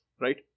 right